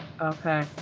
Okay